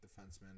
defenseman